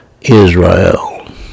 Israel